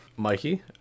mikey